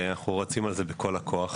ואנחנו רצים על זה בכל הכוח.